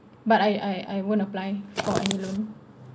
but I I I won't apply for bank loan